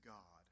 God